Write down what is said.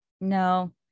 No